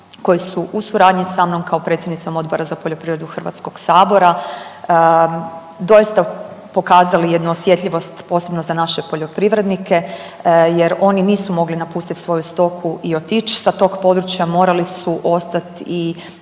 koji su u suradnji sa mnom kao predsjednicom Odbora za poljoprivredu Hrvatskog sabora doista pokazali jednu osjetljivost posebno za naše poljoprivrednike, jer oni nisu mogli napustiti svoju stoku i otići sa tog područja. Morali su ostati i